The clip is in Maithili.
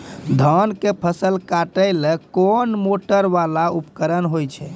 धान के फसल काटैले कोन मोटरवाला उपकरण होय छै?